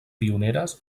pioneres